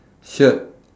shirt